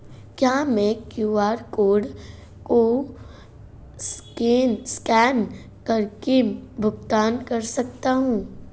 क्या मैं QR code को स्कैन करके भुगतान कर सकता हूं?